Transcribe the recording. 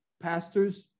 pastors